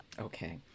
Okay